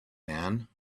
man